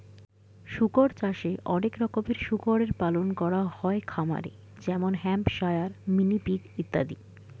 শুকর চাষে অনেক রকমের শুকরের পালন করা হয় খামারে যেমন হ্যাম্পশায়ার, মিনি পিগ ইত্যাদি